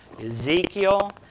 Ezekiel